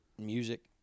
music